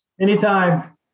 anytime